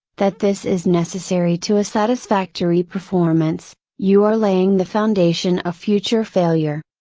that this is necessary to a satisfactory performance, you are laying the foundation of future failure.